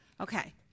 Okay